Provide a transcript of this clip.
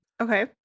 Okay